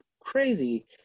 crazy